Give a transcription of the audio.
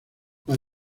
las